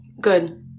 Good